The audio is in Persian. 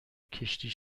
کشتی